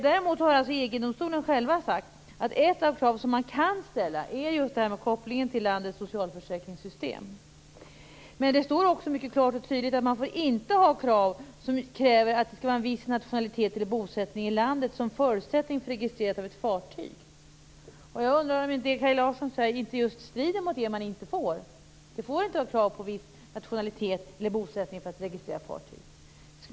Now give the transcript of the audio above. Däremot har EG-domstolen själv sagt att ett av de krav man kan ställa är just kopplingen till ett lands socialförsäkringssystem. Men det står också mycket klart och tydligt att man inte får har krav på viss nationalitet eller bosättning i landet som förutsättning för registreringen av ett fartyg. Jag undrar om inte det Kaj Larsson säger strider mot dessa bestämmelser om det man inte får göra. Det får inte finnas krav på viss nationalitet eller bosättning för att registrera fartyg.